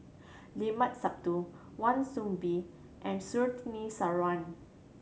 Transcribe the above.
Limat Sabtu Wan Soon Bee and Surtini Sarwan